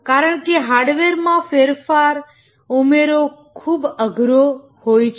કારણકે હાડવેર માં ફેરફાર ઉમેરો ખુબ અઘરો હોય છે